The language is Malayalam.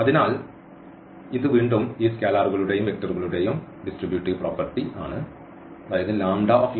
അതിനാൽ ഇത് വീണ്ടും ഈ സ്കെയിലറുകളുടെയും വെക്റ്ററുകളുടെയും ഡിസ്ട്രിബ്യൂടീവ് പ്രോപ്പർട്ടി ആണ്